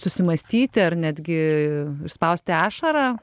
susimąstyti ar netgi išspausti ašarą